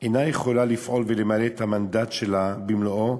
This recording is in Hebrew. אינה יכולה לפעול ולמלא את המנדט שלה במלואו